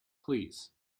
please